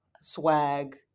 swag